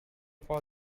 for